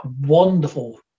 wonderful